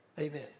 amen